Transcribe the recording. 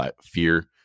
fear